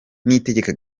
niyitegeka